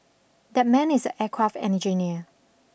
that man is a aircraft engineer